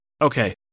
Okay